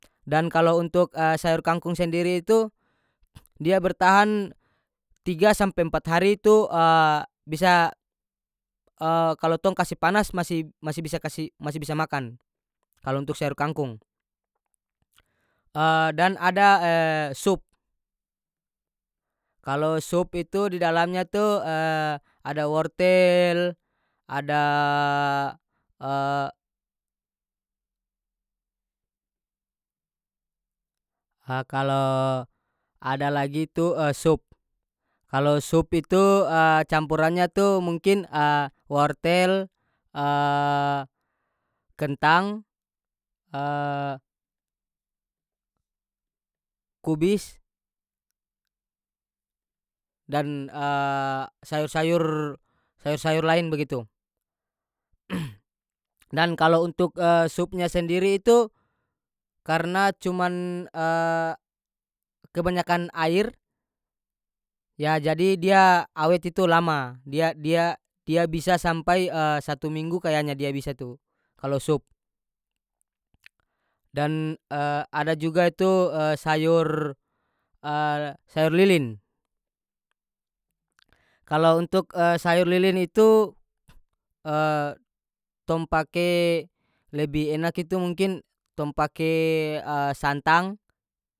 Dan kalo untuk sayur kangkung sendiri itu dia bertahan tiga sampe empat hari itu bisa kalo tong kase panas masi- masi bisa kasi masi bisa makan kalo untuk sayur kangkung dan ada sup kalo sup itu di dalamnya tu ada wortel ada kalo ada lagi tu sup kalo sup itu campurannya tu mungkin wortel kentang kubis dan sayur-sayur sayur-sayur lain bagitu dan kalo untuk supnya sendiri itu karena cuman kebanyakan air ya jadi dia awet itu lama dia dia- dia bisa sampai satu minggu kayanya dia bisa tu kalo sup dan ada juga itu sayur sayur lilin kalo untuk sayur lilin itu tong pake lebi enak itu mungkin tong pake santang.